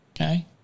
okay